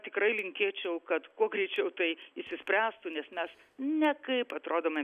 tikrai linkėčiau kad kuo greičiau tai išsispręstų nes mes nekaip atrodome